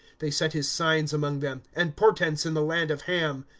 they set his signs among them, and portents in the land of ham,